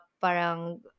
parang